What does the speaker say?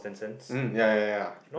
mm ya ya ya